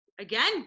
Again